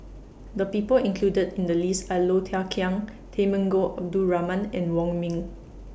The People included in The list Are Low Thia Khiang Temenggong Abdul Rahman and Wong Ming